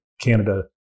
Canada